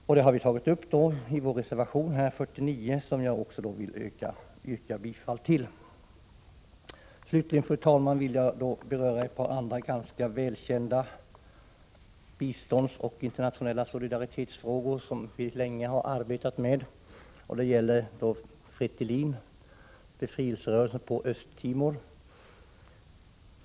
Detta har vi tagit upp i reservation 49, som jag också vill yrka bifall till. Fru talman! Jag vill även beröra ett par andra, ganska välkända frågor om bistånd och internationell solidaritet, som vi länge har arbetat med. Det gäller befrielserörelsen Fretilin på Östtimor.